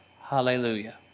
Hallelujah